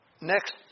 Next